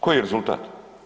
Koji je rezultat?